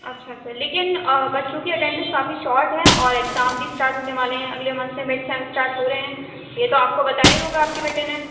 اچھا اچھا لیکن بچوں کے اٹینڈنس کافی شاٹ ہیں اور ایگزام بھی اسٹارٹ ہونے والے ہیں اگلے منتھ سے مڈ سیم اسٹارٹ ہو رہے ہیں یہ تو آپ کو بتایا ہی ہوگا آپ کے بیٹے نے